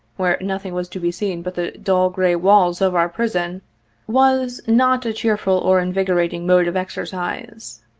where nothing was to be seen but the dull, gray walls of our prison was not a cheerful or invigorating mode of exercise.